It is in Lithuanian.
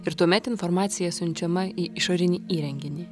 ir tuomet informacija siunčiama į išorinį įrenginį